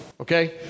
okay